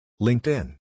LinkedIn